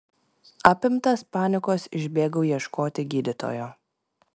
apimtas panikos išbėgau ieškoti gydytojo